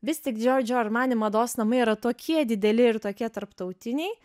vis tik giorgio armani mados namai yra tokie dideli ir tokie tarptautiniai